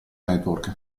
network